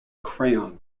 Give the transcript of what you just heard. crayon